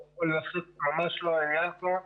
זה ממש לא העניין פה.